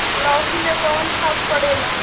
लौकी में कौन खाद पड़ेला?